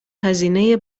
هزینه